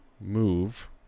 move